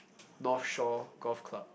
North shore Golf Club